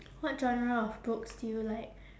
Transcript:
what genre of books do you like